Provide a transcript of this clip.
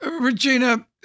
Regina